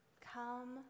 Come